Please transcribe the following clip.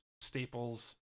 staples